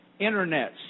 internets